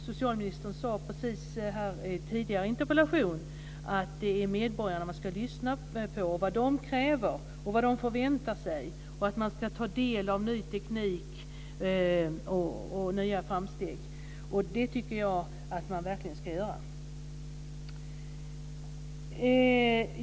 Socialministern sade här i diskussionen om en tidigare interpellation att man ska lyssna på vad medborgarna kräver och förväntar sig och att man ska ta del av ny teknik och nya framsteg. Jag tycker att man verkligen ska göra detta.